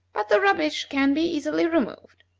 but the rubbish can be easily removed.